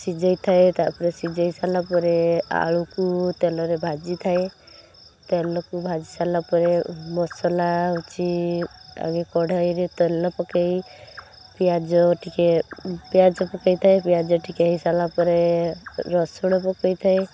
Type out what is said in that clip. ସିଝାଇ ଥାଏ ତାପରେ ସିଝାଇ ସାରିଲା ପରେ ଆଳୁକୁ ତେଲରେ ଭାଜି ଥାଏ ତେଲକୁ ଭାଜି ସାରିଲା ପରେ ମସଲା ହେଉଛି ଏବେ କଡ଼ାଇରେ ତେଲ ପକାଇ ପିଆଜ ଟିକେ ପିଆଜ ପକାଇଥାଏ ପିଆଜ ଟିକେ ହେଇସାରିଲା ପରେ ରସୁଣ ପକାଇଥାଏ